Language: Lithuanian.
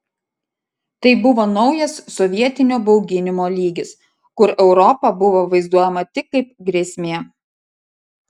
tai buvo naujas sovietinio bauginimo lygis kur europa buvo vaizduojama tik kaip grėsmė